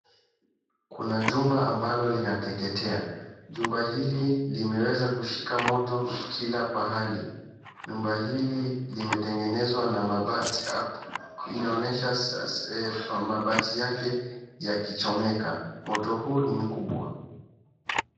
Kuna jumba ambalo linateketea jumba hili limeweza kushika moto kila pahali, nyumba hili limejengwa na mabati inaonyesha mabati yake yakichomeka. Moto huu ni mkubwa.